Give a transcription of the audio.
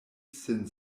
sin